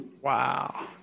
Wow